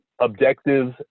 objectives